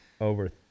over